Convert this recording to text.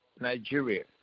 Nigeria